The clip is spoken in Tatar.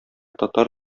татар